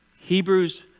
Hebrews